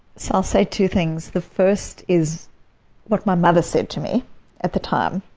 so i'll say two things the first is what my mother said to me at the time.